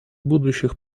будущих